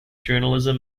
journalism